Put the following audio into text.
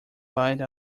bite